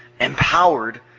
empowered